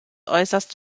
äußerst